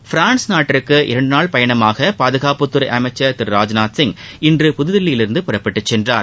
France நாட்டிற்கு இரண்டு நாள் பயணமாக பாதுகாப்புத்துறை அமைச்சர் ராஜ்நாத் சிங் இன்று புதுதில்லியில் இருந்து புறப்பட்டு சென்றார்